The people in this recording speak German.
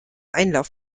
einlauf